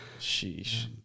Sheesh